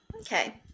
Okay